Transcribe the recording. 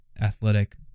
athletic